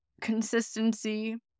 consistency